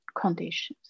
conditions